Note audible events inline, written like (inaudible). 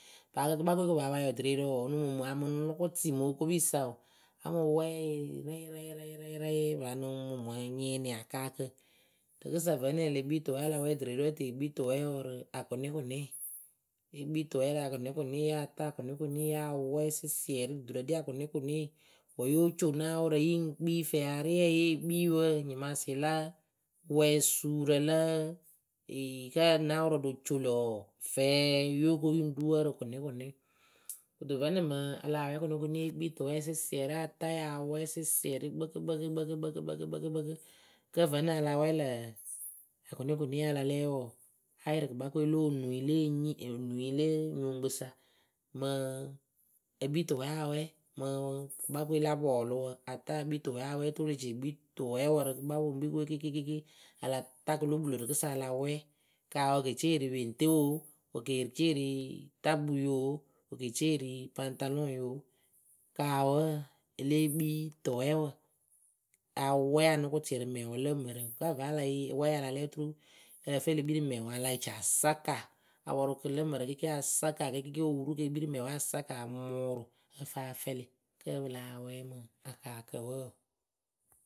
we paa kɨ kɨkpakǝ we kɨ paa pa yɔdɨreerǝ wǝǝ ǝ lɨŋ mumu a mɨ nʊkwɩ mɨ okopiyǝ sa oo a mɨ wɛɛ yɨ rɛyɩ rɛyɩ rɛyɩ paa nɨŋ mumu a nyɩɩnɩ akaakǝ rɨkɨsa vǝ́ nɨŋ e le kpii tʊwɛɛwǝ a la wɛɛ dɨreerǝ ǝ tɨ e kpii tʊwɛɛwǝ rɨ akʊnɩkʊnɩyǝ e kpii tʊwɛɛwǝ rɨ akʊnɩkʊnɩyǝ a ta akʊnɩkʊnɩye a wɛɛ sɩsiɛrɩ duturǝ ɖi akʊnɩkʊnɩ wǝ́ yóo co nawʊrǝ yɨ ŋ kpii fɛɛ ariɛyǝ yée kpii wǝǝ nyɩmaasɩ la wɛɛsuurǝ lǝǝ, (hesitation) kǝ́ nawʊrǝ ɖo co lǝ̈ wǝǝ fɛɛ yóo ko yɨ ŋ ru wǝǝ ǝrɨ kʊnɩkʊnɩwǝ kɨto vɨ nɨŋ mɨŋ a lah wɛɛ kʊnɩkʊnɩ e kpii tʊwɛɛ sɩsiɛrɩ a ta yɨ a wɛɛ sɩsiɛrɩ kpǝkɨ kpǝkɨ kpǝkɨ kpǝkɨ kpǝkɨ kǝ́ vǝ nɨŋ a la wɛɛ lǝ̈ akʊnɩkʊnɩye a la lɛ wǝǝ a yɩrɩ kɨkpakǝ we lo onui le enyi onui lo nyukpǝ sa mɨɨ e kpii tʊwɛɛwǝ a wɛɛ mɨ kɨkpakǝ we la pɔɔlʊwǝ a ta e kpii tʊwɛɛwǝ a wɛɛ oturu e le ci e kpii tʊwɛɛwǝ rɨ kɨkpapoŋpikǝ we kɩɩkɩ kɩɩkɩ a la ta kɨlo kpɨlo rɨkɨsa a la wɛɛ kaa wɨ ke cee wɨ ri peŋtewǝ oo wɨ ke cee wɨ ri takpuiyǝ oo wɨ ke cee wɨ ri paŋtalɔŋyǝ oo kaa wǝǝ e lée kpii tʊwɛɛwǝ a wɛɛ a nʊkʊtɩ rɨ mɛŋwǝ lǝ mǝrǝ kǝ́ va a le yii wɛɛ a la lɛ oturu ǝ lǝ fɨ e le kpii rɨ mɛŋwǝ e le ci a saka a pɔrʊ kɨ lǝ mǝrǝ kɩɩkɩ a saka kɩɩkɩ owuru kɨ e kpii rɨ mɛŋwe a saka a mʊʊrʊ ǝ fɨ a fɛɛlɩ kǝ́ pɨ láa wɛɛ mɨ akaakǝ wǝǝ oo.